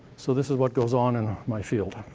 so this is what goes on in my field.